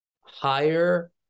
higher